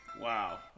Wow